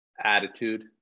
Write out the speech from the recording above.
attitude